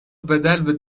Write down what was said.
بدل